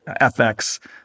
FX